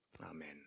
Amen